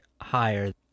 higher